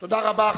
תודה רבה.